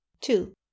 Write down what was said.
Two